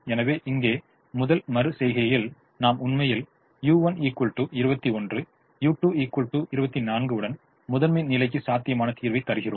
எனவே இங்கே முதல் மறு செய்கையில் நாம் உண்மையில் u1 21 u2 24 உடன் முதன்மை நிலைக்கு சாத்தியமான தீர்வை தருகிறோம்